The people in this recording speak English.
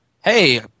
hey